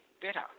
better